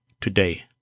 today